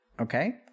Okay